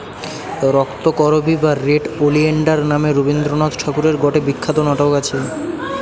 রক্তকরবী বা red oleander নামে রবীন্দ্রনাথ ঠাকুরের গটে বিখ্যাত নাটক আছে